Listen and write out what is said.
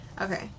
Okay